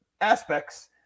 aspects